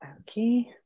Okay